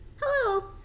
Hello